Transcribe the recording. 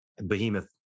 Behemoth